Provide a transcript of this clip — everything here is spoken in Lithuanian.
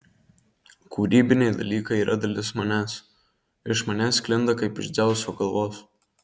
kūrybiniai dalykai yra dalis manęs iš manęs sklinda kaip iš dzeuso galvos